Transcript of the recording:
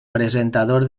presentador